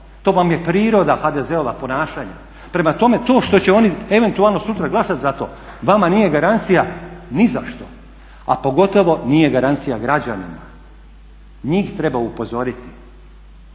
To vam je priroda HDZ-ova ponašanja. Prema tome, to što će oni eventualno sutra glasat za to vama nije garancija ni za što, a pogotovo nije garancija građanima. Njih treba upozoriti.